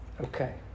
Okay